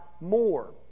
more